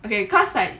okay cause like